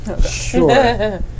Sure